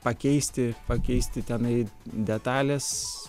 pakeisti pakeisti tenai detales